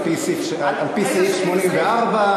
על-פי סעיף 84,